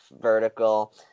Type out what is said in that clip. vertical